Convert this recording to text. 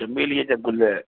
चमेलीअ जा गुल